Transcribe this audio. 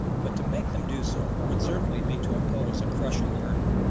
but to make them do so would certainly be to impose a crushing burden.